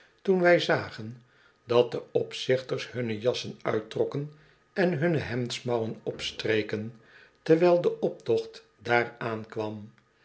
toen wij zagen dat de opzichters hunne jassen uittrokken en hunne hemdsmouwen opstreken terwijl de optocht daar aankwam